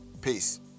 Peace